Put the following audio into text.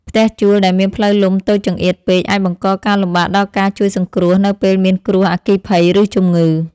ផ្ទះជួលដែលមានផ្លូវលំតូចចង្អៀតពេកអាចបង្កការលំបាកដល់ការជួយសង្គ្រោះនៅពេលមានគ្រោះអគ្គិភ័យឬជំងឺ។